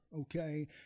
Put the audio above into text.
okay